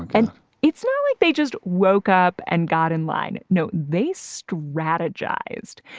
and it's not like they just woke up and got in line. no, they strategized.